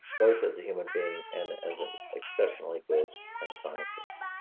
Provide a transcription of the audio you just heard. both as a human being and as an exceptionally good and scientist.